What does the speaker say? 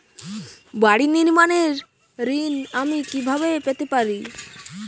বাড়ি নির্মাণের ঋণ আমি কিভাবে পেতে পারি?